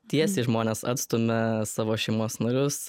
tiesiai žmonės atstumia savo šeimos narius